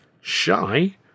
Shy